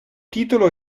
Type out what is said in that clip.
titolo